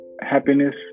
Happiness